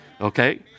Okay